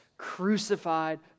crucified